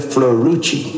Florucci